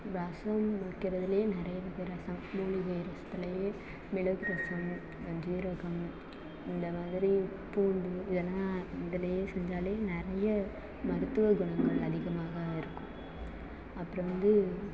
ரசம் வைக்கிறத்துலையே நிறைய வகை ரசம் மூலிகை ரசத்துலையே மிளகு ரசம் ஜீரகம் இந்த மாதிரி பூண்டு இதெல்லாம் இதுலையே செஞ்சாலே நிறைய மருத்துவ குணங்கள் அதிகமாக இருக்கும் அப்புறம் வந்து